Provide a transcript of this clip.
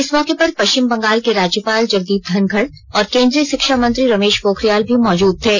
इस मौके पर पश्चिम बंगाल के राज्यपाल जगदीप धनखड़ और केंद्रीय शिक्षा मंत्री रमेश पोखरियाल भी मौजूद थे